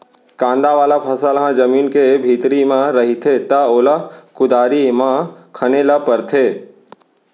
कांदा वाला फसल ह जमीन के भीतरी म रहिथे त ओला कुदारी म खने ल परथे